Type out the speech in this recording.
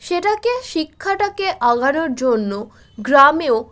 সেটাকে শিক্ষাটাকে আগানোর জন্যও গ্রামেও